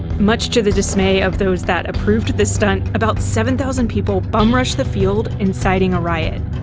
much to the dismay of those that approved this stunt, about seven thousand people bum rushed the field, inciting a riot.